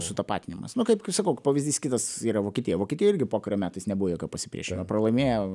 sutapatinimas nu kaip kai sakau pavyzdys kitas yra vokietija vokietija irgi pokario metais nebuvo jokio pasipriešimo pralaimėjo